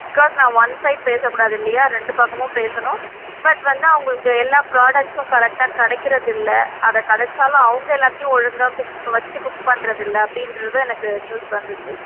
because நான் one side பேசக்கூடாது இல்லையா ரெண்டு பக்கமும் பேசணும் பட் வந்து அவங்களுக்கு எல்லா ப்ராடக்ட்ஸும் கரெக்டாக கிடைக்கிறதில்ல அதை கிடச்சாலும் அவங்க எல்லாத்தையும் ஒழுங்காக குக் வச்சு குக் பண்ணுறதில்ல அப்படின்றதும் எனக்கு நியூஸ் வந்துச்சு